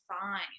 fine